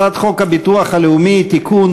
הצעת חוק הביטוח הלאומי (תיקון,